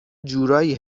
جورایی